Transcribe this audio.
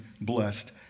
blessed